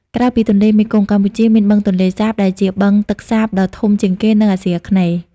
ក្រៅពីទន្លេមេគង្គ កម្ពុជាមាន បឹងទន្លេសាប ដែលជាបឹងទឹកសាបដ៏ធំជាងគេនៅអាស៊ីអាគ្នេយ៍។